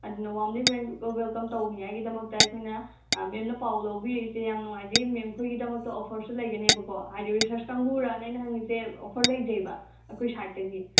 ꯑꯗꯨꯅ ꯋꯥꯝꯂꯤ ꯋꯦꯜꯀꯝ ꯇꯧꯅꯤꯡꯉꯥꯏꯒꯤꯗꯃꯛꯇ ꯑꯩꯈꯣꯏꯅ ꯃꯦꯝꯅ ꯄꯥꯎ ꯂꯧꯕꯤꯔꯛꯏꯁꯦ ꯌꯥꯝ ꯅꯨꯡꯉꯥꯏꯖꯩ ꯃꯦꯝꯈꯣꯏꯒꯤꯗꯃꯛꯇ ꯑꯣꯐꯔꯁꯨ ꯂꯩꯒꯅꯦꯕ ꯀꯣ ꯍꯥꯏꯗꯤ ꯔꯤꯁꯔꯁ ꯀꯥꯡꯕꯨꯔꯅ ꯑꯩꯅ ꯍꯪꯉꯤꯁꯦ ꯑꯣꯐꯔ ꯂꯩꯖꯩꯕ ꯑꯩꯈꯣꯏ ꯁꯥꯏꯠꯇꯒꯤ